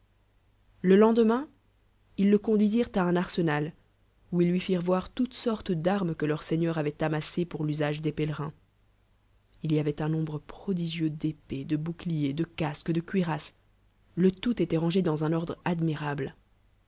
le lendemain du le conduisirent un arsenal où ils lui firent voir toutes sortes d'armes que leur seigneur avoit amassées pour l'usage des pélerins il y avoit un nombre prodigieux d'épées de boucliers de asques de cuirasses le tout était rangé dans un ordi'e admïrable